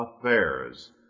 affairs